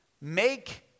make